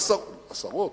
עשרות?